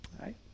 right